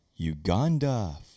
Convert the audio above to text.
Uganda